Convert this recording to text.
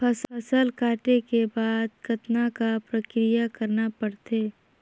फसल काटे के बाद कतना क प्रक्रिया करना पड़थे?